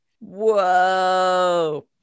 Whoa